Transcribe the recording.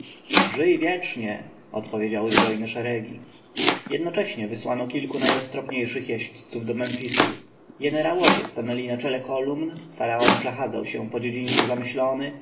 żyj wiecznie odpowiedziały zbrojne szeregi jednocześnie wysłano kilku najroztropniejszych jeźdźców do memfisu jenerałowie stanęli na czele kolumn faraon przechadzał się po dziedzińcu zamyślony